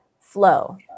flow